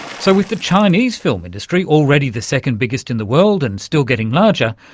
so with the chinese film industry already the second biggest in the world and still getting larger,